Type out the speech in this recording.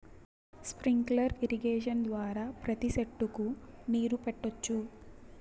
sprinkler irrigation ద్వారా ప్రతి సెట్టుకు నీరు పెట్టొచ్చు